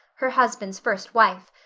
her husband's first wife.